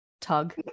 tug